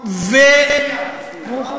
זה הסיבה, אני מבין.